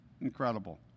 Incredible